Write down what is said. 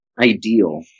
ideal